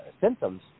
symptoms